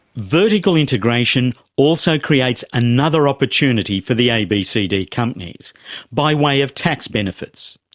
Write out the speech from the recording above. vertical integration also creates another opportunity for the abcd companies by way of tax benefits.